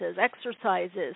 exercises